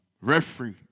referee